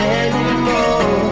anymore